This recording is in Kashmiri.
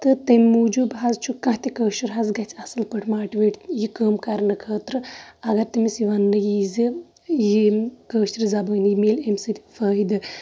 تہٕ تَمہِ موٗجوٗب حظ چھُ کَتھِ کٲشُر حظ گژھِ اَصٕل پٲٹھۍ ماٹویٹ یہِ کٲم کرنہٕ خٲطرٕ اَگر تٔمِس وَننہٕ یہِ زِ یہِ اَمہِ کٲشِری زَبانۍ مِلہِ اَمہِ سۭتۍ فٲیدٕ